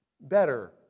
better